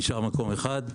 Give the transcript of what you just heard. נשאר מקום אחד.